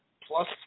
plus